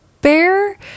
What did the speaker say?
bear